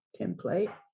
Template